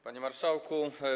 Panie Marszałku!